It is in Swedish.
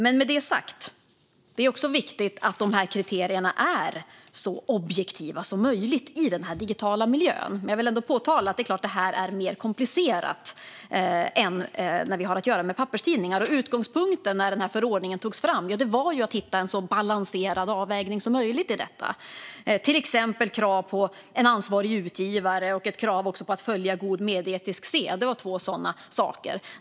Men med det sagt: Det är också viktigt att kriterierna är så objektiva som möjligt i den här digitala miljön. Jag vill dock säga: Det är klart att detta är mer komplicerat än när vi har att göra med papperstidningar. När förordningen togs fram var utgångspunkten att vi skulle hitta en så balanserad avvägning som möjligt i detta. Det handlade till exempel om krav på en ansvarig utgivare och krav på att följa god medieetisk sed. Det var två saker.